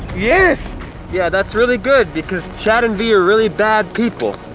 yes yeah, that's really good because chad and v are really bad people.